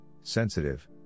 sensitive